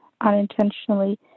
unintentionally